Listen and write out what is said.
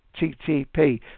HTTP